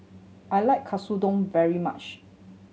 I like Katsudon very much